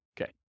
Okay